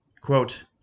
Quote